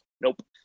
nope